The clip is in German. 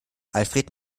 alfred